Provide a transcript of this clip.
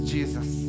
Jesus